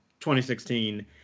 2016